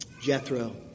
Jethro